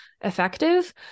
effective